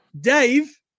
Dave